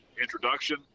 introduction